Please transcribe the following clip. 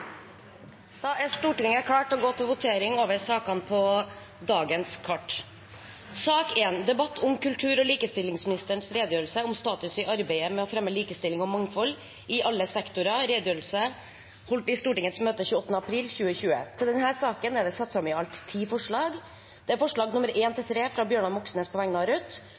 Da er Stortinget klar til å gå til votering over sakene på dagens kart. Under debatten er det satt fram i alt ti forslag. Det er forslagene nr. 1–3, fra Bjørnar Moxnes på vegne av